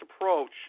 approach